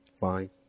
Fine